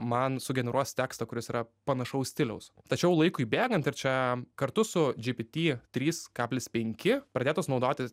man sugeneruos tekstą kuris yra panašaus stiliaus tačiau laikui bėgant ir čia kartu su gpt trys kablis penki pradėtos naudoti